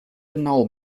genau